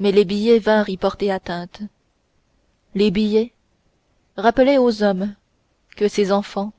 mais les billets vinrent y porter atteinte les billets rappelaient aux hommes que ces enfants